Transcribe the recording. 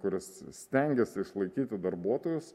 kuris stengiasi išlaikyti darbuotojus